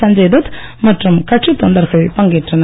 சஞ்சய் தத் மற்றும் கட்சி தொண்டர்கள் பங்கேற்றனர்